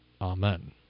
Amen